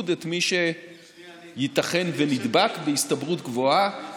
את מי שייתכן בהסתברות גבוהה שנדבק,